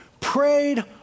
prayed